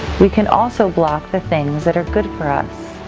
we can also block the things that are good for us.